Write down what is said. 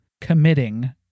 committing